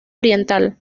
oriental